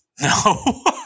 No